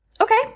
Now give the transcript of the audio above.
Okay